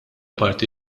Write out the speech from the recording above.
parti